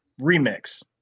Remix